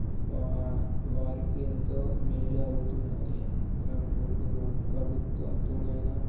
వారికి ఎంతో మేలు అవుతుందని నేను అనుకుంటున్నాను ప్రభుత్వంతోనైనా